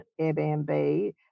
Airbnb